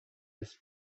his